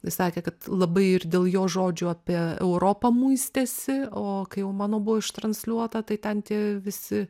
jis sakė kad labai ir dėl jo žodžių apie europą muistėsi o kai jau mano buvo iš transliuota tai ten tie visi